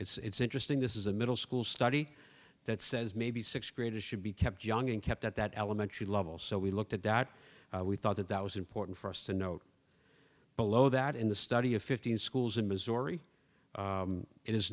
graders it's interesting this is a middle school study that says maybe sixth graders should be kept young and kept at that elementary level so we looked at that we thought that that was important for us to note below that in the study of fifteen schools in missouri it is